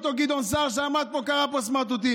אותו גדעון סער שעמד פה קרא פה "סמרטוטים".